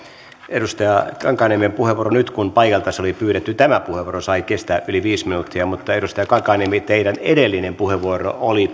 edustaja kankaanniemen tämä puheenvuoro nyt kun paikalta se oli pyydetty sai kestää yli viisi minuuttia mutta edustaja kankaanniemi teidän edellinen puheenvuoronne oli